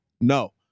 no